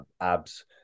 abs